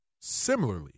similarly